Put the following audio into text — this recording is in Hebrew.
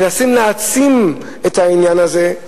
מנסים להעצים את העניין הזה.